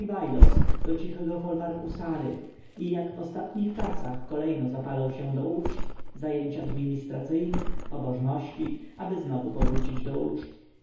do cichego folwarku sary i jak w ostatnich czasach kolejno zapalał się do uczt do zajęć administracyjnych do pobożności aby znowu powrócić do uczt